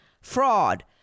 fraud